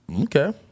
Okay